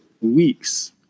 weeks